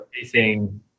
facing